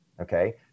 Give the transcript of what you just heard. okay